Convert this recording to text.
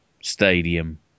stadium